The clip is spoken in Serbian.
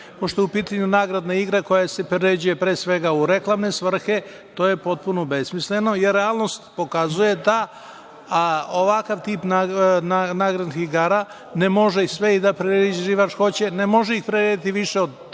je u pitanju nagradna igra koja se priređuje, pre svega u reklamne svrhe to je potpuno besmisleno, jer realnost pokazuje da ovakav tip nagradnih igara ne može sve i da priređivač hoće, ne može ih prirediti više od